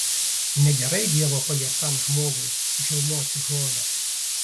negerai dievo paliestam žmogui žiaumoti žolę